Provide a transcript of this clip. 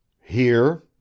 Here